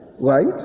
right